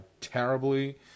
terribly